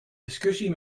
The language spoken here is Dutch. discussie